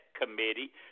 committee